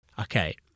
Okay